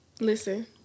Listen